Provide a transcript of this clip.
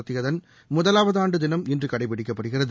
நடத்தியதன் முதலாவது ஆண்டு தினம் இன்று கடைபிடிக்கப்படுகிறது